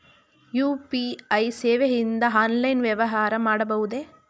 UPI ಸೇವೆಯಿಂದ online ವ್ಯವಹಾರ ಮಾಡಬಹುದೇ?